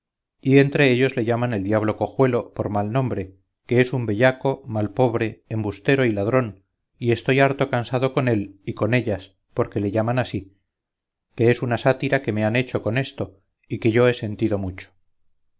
y entre ellos le llaman el diablo cojuelo por mal nombre que es un bellaco mal pobre embustero y ladrón y estoy harto cansado con él y con ellas porque le llaman así que es una sátira que me han hecho con esto y que yo he sentido mucho